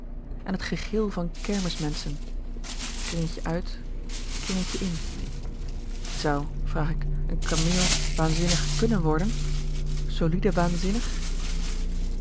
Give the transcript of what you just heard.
en t gegil van kermismenschen kringetje uit kringetje in zou vraag k een kameel waanzinnig kunnen worden soliede waanzinnig